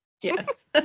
Yes